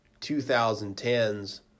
2010s